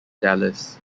dallas